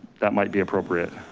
that might be appropriate.